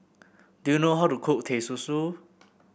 do you know how to cook Teh Susu